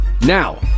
Now